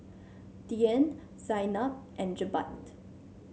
Dian Zaynab and Jebat